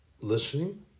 listening